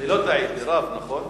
לא טעיתי, רב, נכון?